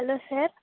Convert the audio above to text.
hello sir